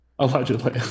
allegedly